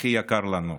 הכי יקר לנו,